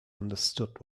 understood